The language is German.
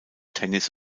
tennis